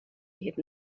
ahead